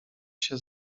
się